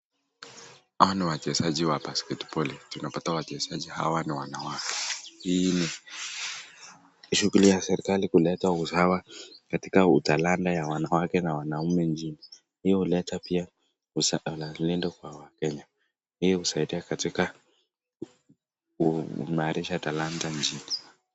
Hawa ni wachezaji wa basketball , tunapata wachezaji hawa ni wanawake, hii ni shughuli ya serikali kuleta usawa katika utalanta ya wanawake na wanaume nchini. Hii huleta pia uzalendo kwa wakenya. Hii husaidia katika kuimarisha talanta nchini.